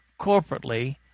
corporately